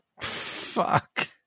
Fuck